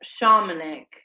shamanic